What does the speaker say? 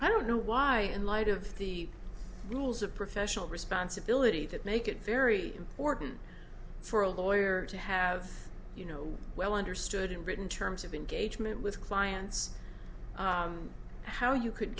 i don't know why in light of the rules of professional responsibility that make it very important for or a lawyer to have you know well understood in britain terms of engagement with clients how you could